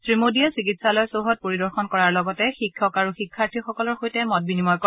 শ্ৰীমোদীয়ে চিকিৎসালয় চৌহদ পৰিদৰ্শন কৰাৰ লগতে শিক্ষক আৰু শিক্ষাৰ্থীসকলৰ সৈতে মত বিনিময় কৰে